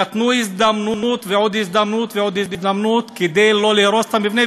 נתנו הזדמנות ועוד הזדמנות ועוד הזדמנות כדי לא להרוס את המבנה,